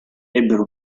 ebbero